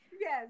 Yes